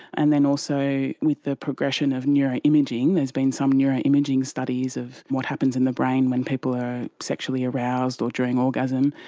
and then also with the progression of neuroimaging, there's been some neuroimaging studies of what happens in the brain when people are sexually aroused or during orgasm.